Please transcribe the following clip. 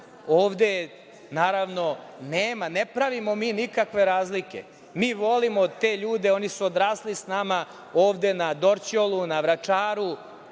ovde, naravno, nema, ne pravimo mi nikakve razlike. Mi volimo te ljude. Oni su odrasli s nama ovde na Dorćolu, na Vračaru.